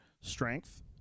strength